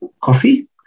Coffee